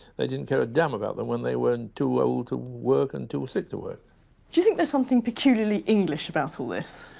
they didn't care a damn about them when they were too old to work and too sick to work. do you think there's something peculiarly english about all this?